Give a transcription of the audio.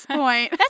point